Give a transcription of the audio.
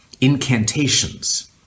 incantations